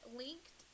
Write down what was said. linked